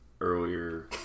earlier